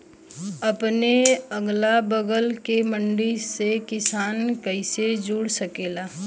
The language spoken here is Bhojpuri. अपने अगला बगल के मंडी से किसान कइसे जुड़ सकेला?